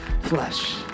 flesh